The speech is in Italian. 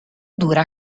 dura